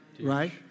right